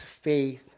faith